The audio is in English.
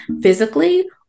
physically